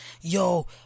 yo